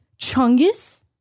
Chungus